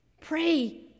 pray